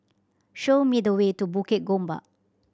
show me the way to Bukit Gombak